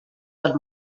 dels